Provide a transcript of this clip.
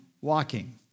Walking